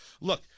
Look